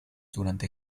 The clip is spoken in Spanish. durante